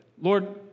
Lord